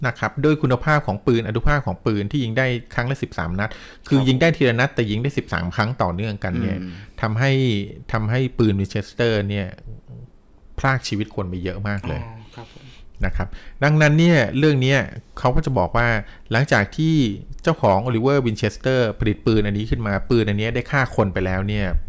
นะครับ ด้วยคุณภาพของปืน อนุภาพของปืนที่ยิงได้ครั้งละ 13 นัด คือครับผมยิงได้ทีละนัด แต่ยิงได้ 13 ครั้งต่อเนื่องกันเนี่ยอืมทำให้- ทำให้ปืน Winchester เนี่ยพรากชีวิตคนไปเยอะมากเลยอ๋อครับผมนะครับ ดังนั้นเนี่ยเรื่องเนี้ยเขาก็จะบอกว่า หลังจากที่เจ้าของ Oliver Winchester ผลิตปืนอันนี้ขึ้นมา ปืนอันเนี้ยได้ฆ่าคนไปแล้วเนี่ย